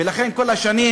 ולכן כל השנים,